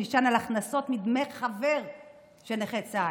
נשען על הכנסות מדמי חבר של נכי צה"ל.